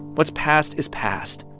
what's past is past,